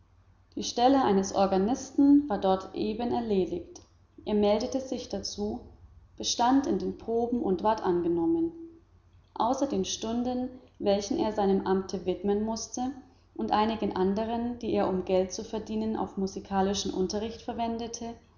die stelle eines organisten war dort eben erledigt er meldete sich dazu bestand in den proben und ward angenommen außer den stunden welche er seinem amte widmen mußte und einigen anderen die er um geld zu verdienen auf musikalischen unterricht verwendete